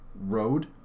road